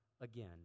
again